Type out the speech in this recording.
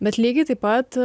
bet lygiai taip pat